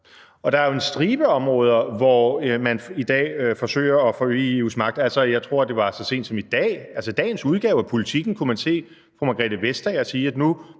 og der er jo en stribe områder, hvor man i dag forsøger at forøge EU's magt. Jeg tror, at man så sent som i dagens udgave af Politiken kunne se fru Margrethe Vestager sige, at